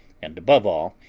and, above all,